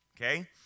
okay